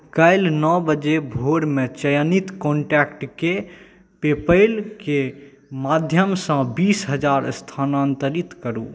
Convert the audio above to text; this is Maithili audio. काल्हि नओ बजे भोरमे चयनित कॉन्टैक्टके पेपलके माध्यमसँ बीस हजार स्थानान्तरित करू